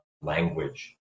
language